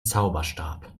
zauberstab